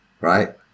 right